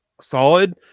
solid